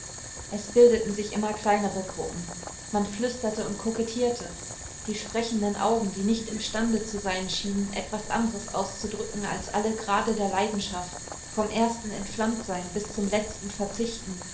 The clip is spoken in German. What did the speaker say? es bildeten sich immer kleinere gruppen man flüsterte und kokettierte die sprechenden augen die nicht imstande zu sein schienen etwas anderes auszudrücken als alle grade der leidenschaft vom ersten entflammtsein bis zum letzten verzichten